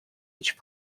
each